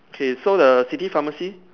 okay so the city pharmacy